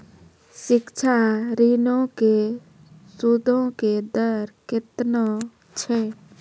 शिक्षा ऋणो के सूदो के दर केतना छै?